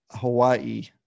Hawaii